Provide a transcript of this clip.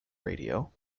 radio